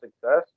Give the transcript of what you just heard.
success